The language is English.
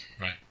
Right